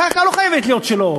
הקרקע לא חייבת להיות שלו,